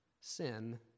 sin